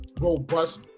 robust